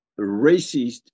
racist